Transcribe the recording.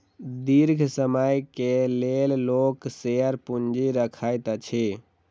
दीर्घ समय के लेल लोक शेयर पूंजी रखैत अछि